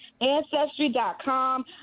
Ancestry.com